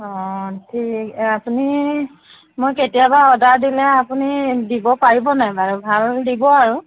অঁ ঠিক আপুনি মই কেতিয়াবা অৰ্ডাৰ দিলে আপুনি দিব পাৰিব নাই বাৰু ভাল দিব আৰু